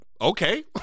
Okay